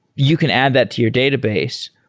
you can add that to your database,